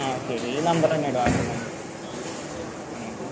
ആ ശരി ഈ നമ്പറന്നെ ഇട് വാട്ട്സപ്പ് നമ്പറ് ആ ശരി